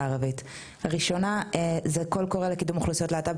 הערבית: ׳קול קורא׳ לקידום אוכלוסיית להט״ב,